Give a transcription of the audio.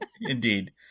Indeed